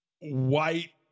white